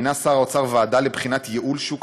מינה שר האוצר ועדה לבחינת ייעול שוק